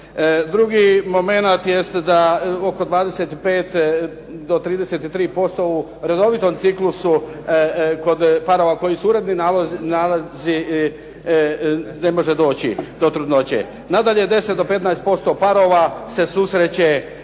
Drugi moment jest da oko 25 do 33% u redovitom ciklusu kod parova koji su uredni nalazi ne može doći do trudnoće. Nadalje, 10 do 15% parova se susreće